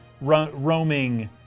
roaming